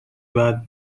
بعد